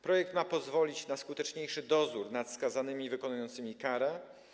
Projekt ma pozwolić na skuteczniejszy dozór nad skazanymi wykonującymi karę.